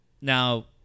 Now